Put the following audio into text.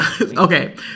okay